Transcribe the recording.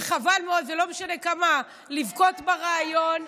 וחבל מאוד, ולא משנה כמה בוכים בריאיון,